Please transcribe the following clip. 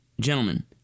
Gentlemen